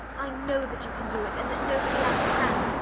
i know that you can do it and that nobody else can.